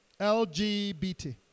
LGBT